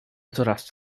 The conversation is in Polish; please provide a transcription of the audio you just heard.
coraz